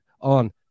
on